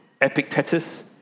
Epictetus